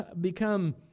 become